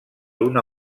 una